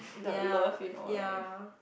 ya ya